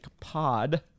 Pod